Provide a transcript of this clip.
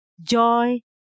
Joy